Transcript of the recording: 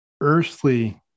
earthly